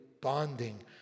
bonding